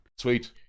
Sweet